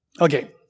Okay